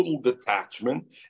detachment